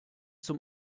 zum